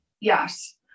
Yes